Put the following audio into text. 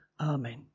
Amen